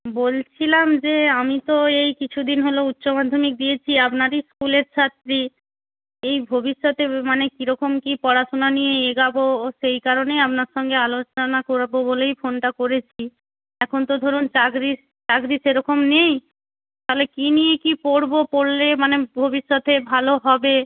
বলছিলাম যে আমি তো এই কিছু দিন হল উচ্চমাধ্যমিক দিয়েছি আপনারই স্কুলের ছাত্রী এই ভবিষ্যতে মানে কীরকম কী পড়াশোনা নিয়ে এগোব ও সেই কারণেই আপনার সঙ্গে আলোচনা করব বলেই ফোনটা করেছি এখন তো ধরুন চাকরি চাকরি সেরকম নেই তাহলে কী নিয়ে কী পড়ব পড়লে মানে ভবিষ্যতে ভালো হবে